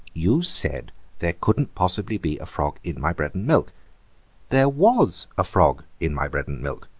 you said there couldn't possibly be a frog in my bread-and-milk there was a frog in my bread-and-milk,